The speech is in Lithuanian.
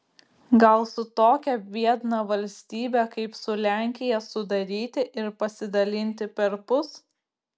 gal su tokia biedna valstybe kaip su lenkija sudaryti ir pasidalinti perpus